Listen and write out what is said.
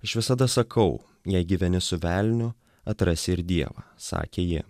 aš visada sakau jei gyveni su velniu atrasi ir dievą sakė ji